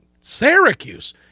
Syracuse